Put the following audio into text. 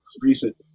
Recent